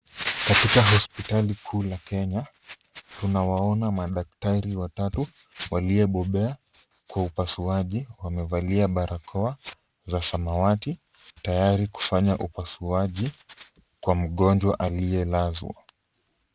Katika hospitali kuu ya Kenya, tunawaomba madaktari watatu waliobobea kwa upasuaji. Wamevalia barakoa za samawati, tayari kufanya upasuaji kwa mgonjwa aliyelazwa.